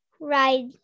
ride